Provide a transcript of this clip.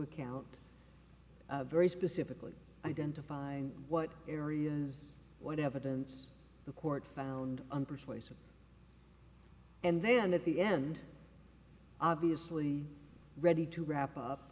account very specifically identifying what areas what evidence the court found and persuasive and then at the end obviously ready to wrap up